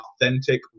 authentic